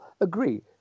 agree